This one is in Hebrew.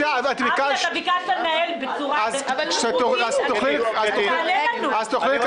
אבי, אתה ביקשת לנהל בצורה עניינית, אז תענה לנו.